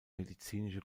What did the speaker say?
medizinische